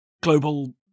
global